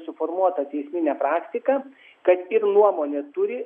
suformuotą teisminę praktiką kad ir nuomonė turi